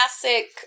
classic